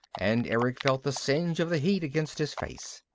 and erick felt the singe of the heat against his face.